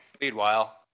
Meanwhile